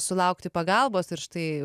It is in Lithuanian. sulaukti pagalbos ir štai